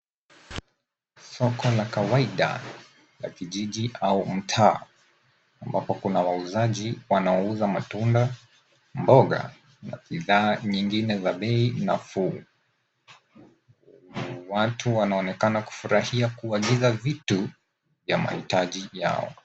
Soko la kawaida la kijiji au mtaa ambapo kuna wauzaji wanaouza matunda, mboga na bidhaa nyingine za bei nafuu. Watu wanaonekana kufurahia kuagiza vitu ya mahitaji yao.